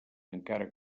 encara